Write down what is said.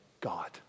God